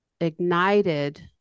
ignited